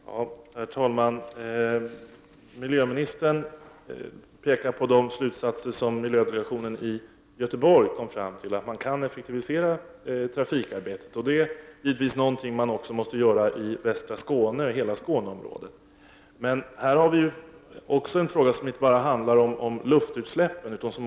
Herr talman! Miljöministern pekar på de slutsatser som miljödelegationen i Göteborg har kommit fram till, dvs. att det går att effektivisera trafikarbetet. Det är givetvis något som måste göras i hela Skåneområdet. Men här har vi en fråga som inte handlar bara om luftutsläppen.